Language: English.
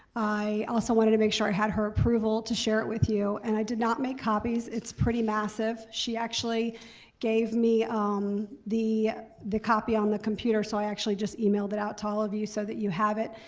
i also wanted to make sure i had her approval to share it with you. and i did not make copies, it's pretty massive. she actually gave me um the the copy on the computer so i actually just emailed it out to all of you so that you have it.